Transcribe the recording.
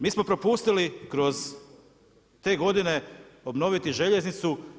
Mi smo propustili kroz te godine obnoviti željeznicu.